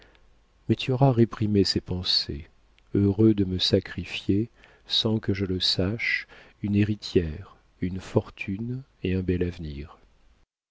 mais tu auras réprimé ces pensées heureux de me sacrifier sans que je le sache une héritière une fortune et un bel avenir